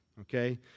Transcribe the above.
Okay